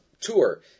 tour